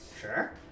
Sure